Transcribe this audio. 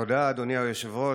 תודה, אדוני היושב-ראש.